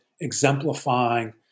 exemplifying